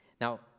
Now